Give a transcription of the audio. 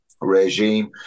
regime